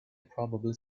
probably